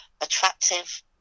attractive